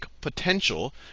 potential